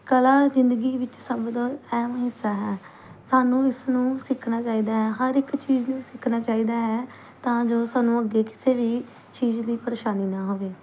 ਕਲਾ ਜ਼ਿੰਦਗੀ ਵਿੱਚ ਸਭ ਦਾ ਅਹਿਮ ਹਿੱਸਾ ਹੈ ਸਾਨੂੰ ਇਸ ਨੂੰ ਸਿੱਖਣਾ ਚਾਹੀਦਾ ਹੈ ਹਰ ਇੱਕ ਚੀਜ਼ ਨੂੰ ਸਿੱਖਣਾ ਚਾਹੀਦਾ ਹੈ ਤਾਂ ਜੋ ਸਾਨੂੰ ਅੱਗੇ ਕਿਸੇ ਵੀ ਚੀਜ਼ ਦੀ ਪਰੇਸ਼ਾਨੀ ਨਾ ਹੋਵੇ